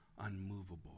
unmovable